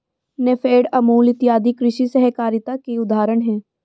नेफेड, अमूल इत्यादि कृषि सहकारिता के उदाहरण हैं